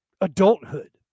adulthood